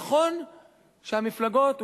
נכון שהמפלגות,